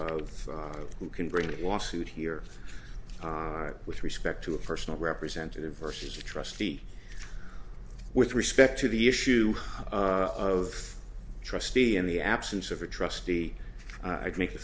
of who can bring it wasit here with respect to a personal representative versus a trustee with respect to the issue of trustee in the absence of a trustee i'd make the